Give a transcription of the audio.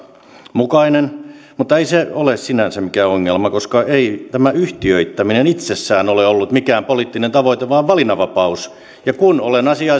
mukainen mutta ei se ole sinänsä mikään ongelma koska ei tämä yhtiöittäminen itsessään ole ollut mikään poliittinen tavoite vaan valinnanvapaus on ja kun olen asiaa